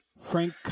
frank